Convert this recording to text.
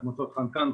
תחמוצות חנקן,